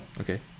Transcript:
Okay